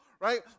Right